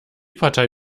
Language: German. partei